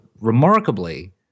remarkably